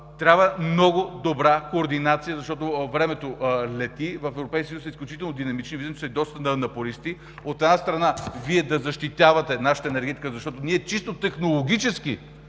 трябва много добра координация, защото времето лети. В Европейския съюз са изключително динамични, виждам, че са и доста напористи. От една страна, Вие да защитавате нашата енергетика, защото много добре